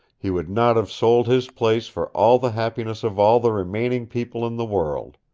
he would not have sold his place for all the happiness of all the remaining people in the world.